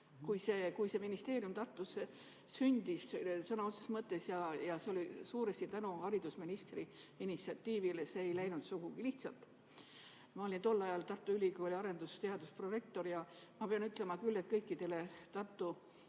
2000 see ministeerium Tartus sündis, sõna otseses mõttes, siis oli see suuresti tänu haridusministri initsiatiivile. See ei läinud sugugi lihtsalt. Ma olin tol ajal Tartu Ülikooli arendus- ja teadusprorektor ja pean ütlema küll, et kõikidele Tartu